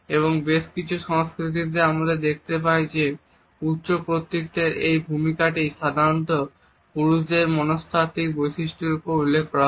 এবং বেশকিছু সংস্কৃতিতে আমরা দেখতে পাই যে উচ্চ কর্তৃত্বের এই ভূমিকাটি সাধারণত পুরুষদের মনস্তাত্ত্বিক বৈশিষ্ট্যগুলিতে উল্লেখ করা হয়